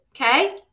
okay